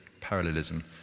parallelism